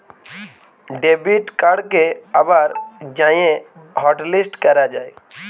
debit কাড়কে আবার যাঁয়ে হটলিস্ট ক্যরা যায়